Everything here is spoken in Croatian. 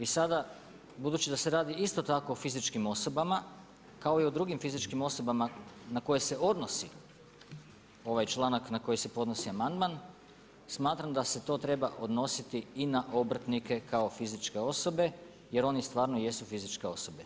I sada budući da se radi isto tako fizičkim osobama, kao i o drugim fizičkim osobama na koje se odnosi ovaj članak na koji se podnosi amandman, smatram da se to treba odnositi i na obrtnike kao fizičke osobe jer oni stvarno jesu fizičke osobe.